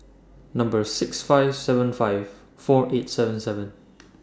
Number six five seven five four eight seven seven